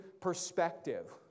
Perspective